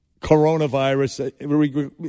coronavirus